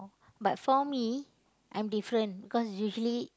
but for me I'm different because usually